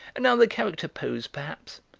another character pose, perhaps,